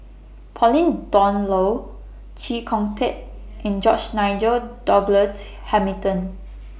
Pauline Dawn Loh Chee Kong Tet and George Nigel Douglas Hamilton